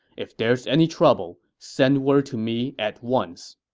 if there's any trouble, send word to me at once.